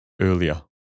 earlier